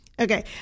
Okay